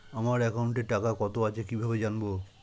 আমার একাউন্টে টাকা কত আছে কি ভাবে জানবো?